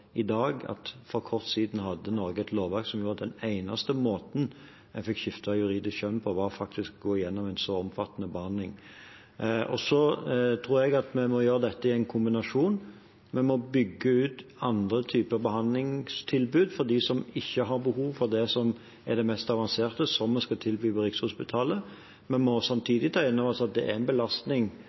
i dag, at for kort tid siden hadde Norge et lovverk som gjorde at den eneste måten en fikk skiftet juridisk kjønn på, faktisk var å gå gjennom en så omfattende behandling. Så tror jeg at vi må gjøre dette i en kombinasjon. Vi må bygge ut andre typer behandlingstilbud for dem som ikke har behov for det som er det mest avanserte, som vi skal tilby på Rikshospitalet. Vi må samtidig ta inn over oss at det er en belastning